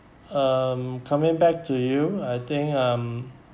um coming back to you I think um